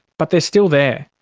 but they're still there.